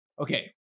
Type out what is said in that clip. Okay